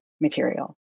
material